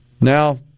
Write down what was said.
Now